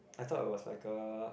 I thought it was like a